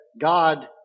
God